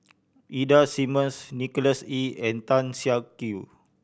Ida Simmons Nicholas Ee and Tan Siak Kew